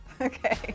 Okay